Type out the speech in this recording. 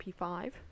P5